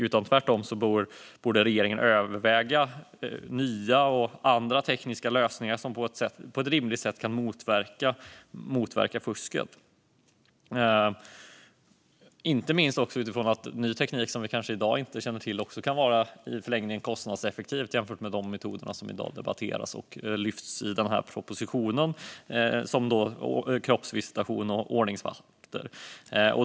Regeringen borde tvärtom överväga nya och andra tekniska lösningar som på ett rimligt sätt kan motverka fusket, inte minst utifrån att ny teknik, som vi i dag kanske inte känner till, i förlängningen kan vara kostnadseffektiv jämfört med de metoder som lyfts i den här propositionen och debatteras i dag, alltså kroppsvisitation och ordningsvakter.